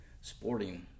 sporting